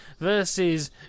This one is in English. versus